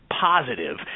positive